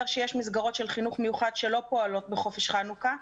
שיש מסגרות של חינוך מיוחד שלא פועלות בחופש חנוכה.